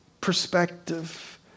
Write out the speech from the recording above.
perspective